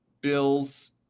Bills